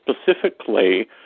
specifically